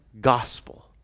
gospel